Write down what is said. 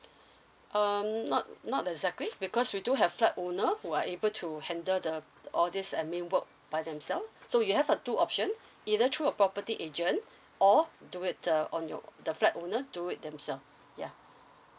um not not exactly because we do have flat owner who are able to handle the all these admin work by themself so you have uh two option either through a property agent or do it uh on your the flat owner do it themselves ya